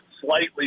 slightly